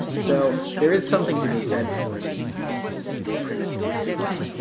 so there is something to be said for the primitiveness of them.